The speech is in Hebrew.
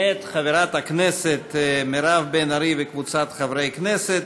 מאת חברת הכנסת מירב בן ארי וקבוצת חברי הכנסת.